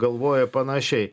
galvoja panašiai